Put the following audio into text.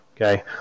Okay